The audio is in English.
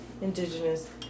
indigenous